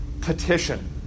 petition